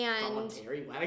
Voluntary